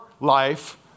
life